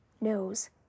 knows